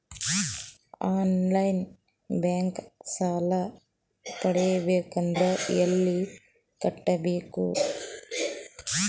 On line bank ಸಾಲ ಪಡಿಬೇಕಂದರ ಎಲ್ಲ ಕೇಳಬೇಕು?